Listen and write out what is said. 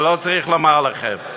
אני לא צריך לומר לכם.